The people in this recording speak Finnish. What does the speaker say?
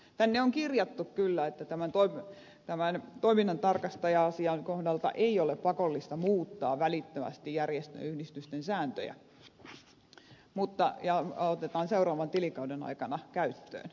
tänne on kirjattu kyllä että tämän toiminnantarkastaja asian kohdalta ei ole pakollista muuttaa välittömästi järjestöjen ja yhdistysten sääntöjä ja otetaan seuraavan tilikauden aikana käyttöön